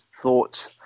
thought